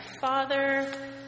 father